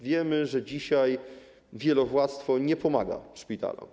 Wiemy, że dzisiaj wielowładztwo nie pomaga szpitalom.